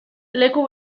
leku